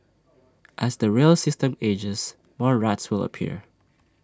as the rail system ages more rats will appear